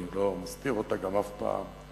אני גם לא מזכיר אותה אף פעם,